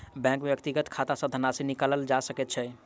bank में व्यक्तिक खाता सॅ धनराशि निकालल जा सकै छै